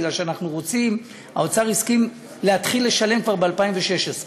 כי האוצר הסכים להתחיל לשלם כבר ב-2016,